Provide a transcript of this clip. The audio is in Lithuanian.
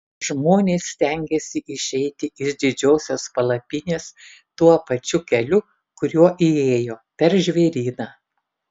žmonės stengiasi išeiti iš didžiosios palapinės tuo pačiu keliu kuriuo įėjo per žvėryną